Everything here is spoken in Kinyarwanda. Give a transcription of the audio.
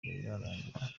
birarangira